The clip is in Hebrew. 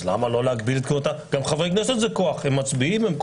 אז למה לא להגביל את כהונתם של חברי הכנסת?